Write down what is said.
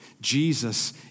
Jesus